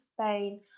Spain